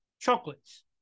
chocolates